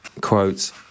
Quote